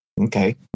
Okay